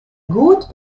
goed